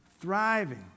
Thriving